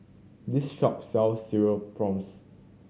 this shop sells Cereal Prawns